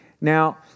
Now